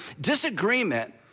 Disagreement